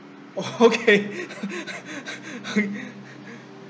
okay